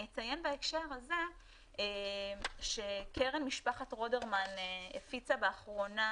אני אציין בהקשר הזה שקרן משפחת רודרמן הפיצה באחרונה